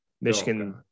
Michigan